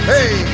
Hey